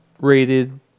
rated